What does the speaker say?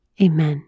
Amen